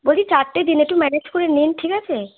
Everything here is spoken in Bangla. বলছি চারটে দিন একটু ম্যানেজ করে নিন ঠিক আছে